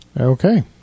Okay